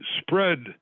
spread